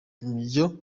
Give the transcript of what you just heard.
ibyo